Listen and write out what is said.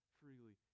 freely